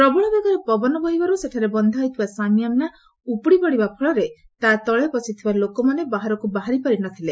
ପ୍ରବଳ ବେଗରେ ପବନ ବହିବାରୁ ସେଠାରେ ବନ୍ଧା ହୋଇଥିବା ସାମିଆନା ଉପୁଡ଼ିପଡ଼ିବା ଫଳରେ ତା' ତଳେ ବସିଥିବା ଲୋକମାନେ ବାହାରକ୍ତ ବାହାରିପାରି ନ ଥିଲେ